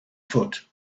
foot